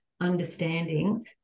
understanding